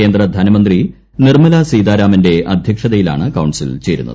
കേന്ദ്ര ധനമന്ത്രി നിർമ്മല സീതാരാമന്റെ അദ്ധ്യക്ഷതയിലാണ് കൌൺസിൽ ചേരുന്നത്